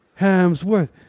Hamsworth